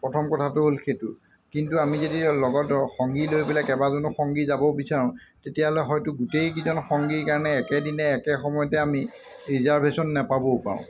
প্ৰথম কথাটো হ'ল সেইটো কিন্তু আমি যদি লগত সংগী লৈ পেলাই কেইবাজনো সংগী যাব বিচাৰোঁ তেতিয়াহ'লে হয়তো গোটেইকেইজন সংগীৰ কাৰণে একেদিনে একে সময়তে আমি ৰিজাৰ্ভেশ্যন নাপাবও পাৰোঁ